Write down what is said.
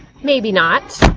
maybe not.